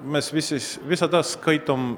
mes visi visada skaitom